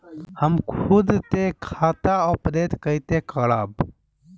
हम खुद से खाता अपडेट कइसे करब?